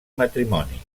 matrimoni